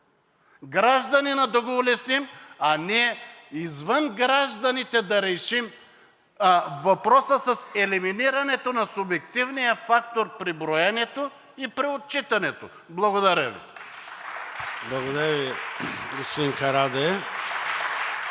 Гражданинът да го улесним, а ние извън гражданите да решим въпроса с елиминирането на субективния фактор при броенето и при отчитането. Благодаря Ви. (Ръкопляскания от